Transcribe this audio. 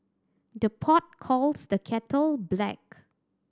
the pot calls the kettle black